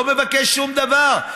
לא מבקש שום דבר,